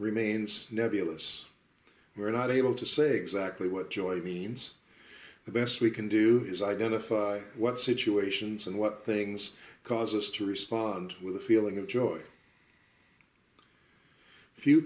remains nebulous we're not able to say exactly what joy means the best we can do is identify what situations and what things cause us to respond with a feeling of joy few